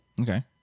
Okay